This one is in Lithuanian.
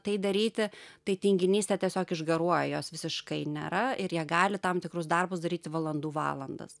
tai daryti tai tinginystė tiesiog išgaruoja jos visiškai nėra ir jie gali tam tikrus darbus daryti valandų valandas